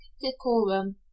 decorum